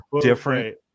different